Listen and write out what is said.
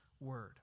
word